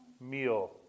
meal